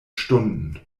stunden